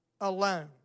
alone